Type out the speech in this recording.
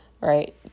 right